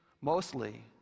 mostly